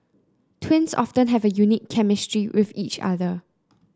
twins often have a unique chemistry with each other